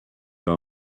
all